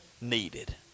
needed